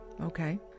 Okay